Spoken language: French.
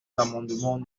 l’amendement